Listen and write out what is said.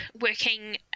working